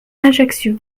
ajaccio